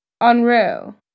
unreal